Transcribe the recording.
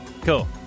cool